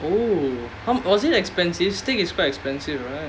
oh how was it expensive steak is quite expensive right